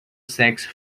sexo